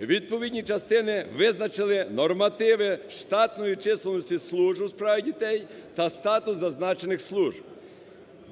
відповідні частини визначили нормативи штатної чисельності служб у справах дітей та статус зазначених служб.